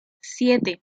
siete